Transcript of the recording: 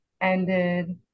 ended